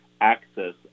access